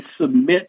submit